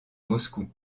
moscou